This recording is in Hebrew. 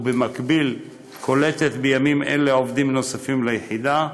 ובמקביל היא קולטת בימים אלה עובדים נוספים ליחידה,